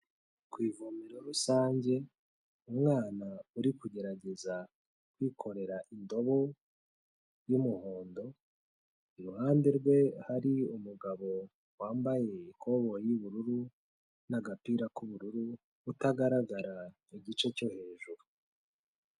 Ku ivomero rusange umwana uri kugerageza kwikorera indobo y'umuhondo, iruhande rwe hari umugabo wambaye ikobo y'ubururu n'agapira k'ubururu, utagaragara igice cyo hejuru.